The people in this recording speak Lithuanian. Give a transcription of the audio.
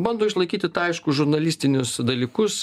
bando išlaikyti tą aišku žurnalistinius dalykus